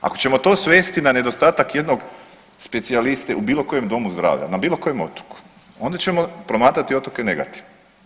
Ako ćemo to svesti na nedostatak jednog specijaliste u bilo kojem domu zdravlja na bilo kojem otoku onda ćemo promatrati otoke negativno.